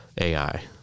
AI